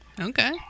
Okay